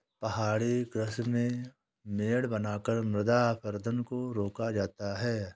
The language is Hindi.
पहाड़ी कृषि में मेड़ बनाकर मृदा अपरदन को रोका जाता है